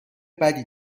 بدی